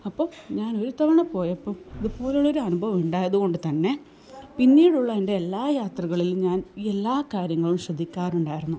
അപ്പോള് ഞാനൊരു തവണ പോയപ്പോള് ഇതുപോലുള്ളൊരു അനുഭവം ഉണ്ടായത് കൊണ്ട് തന്നെ പിന്നീടുള്ള എൻ്റെ എല്ലാ യാത്രകളിലും ഞാൻ എല്ലാ കാര്യങ്ങളും ശ്രദ്ധിക്കാറുണ്ടായിരുന്നു